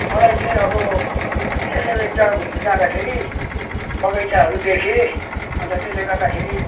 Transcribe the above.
मलाई चाहिँ अब अस्ति एक खेप एक जगा घुम्नु जाँदाखेरि बगैँचाहरू देखेँ अन्त त्यसले गर्दाखेरि